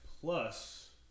plus